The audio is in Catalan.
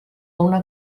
una